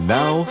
now